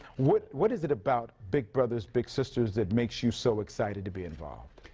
what what is it about big brothers big sisters that makes you so excited to be involved?